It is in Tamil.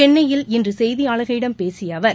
சென்னையில் இன்றுசெய்தியாளர்களிடம் பேசியஅவர்